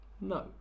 No